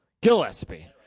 Gillespie